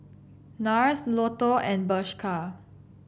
NARS Lotto and Bershka